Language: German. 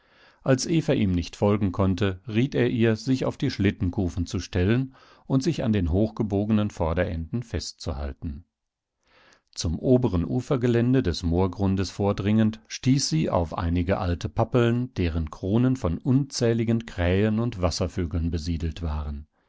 als eva ihm nicht folgen konnte riet er ihr sich auf die schlittenkufen zu stellen und sich an den hochgebogenen vorderenden festzuhalten zum oberen ufergelände des moorgrundes vordringend stieß sie auf einige alte pappeln deren kronen von unzähligen krähen und wasservögeln besiedelt waren